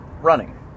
running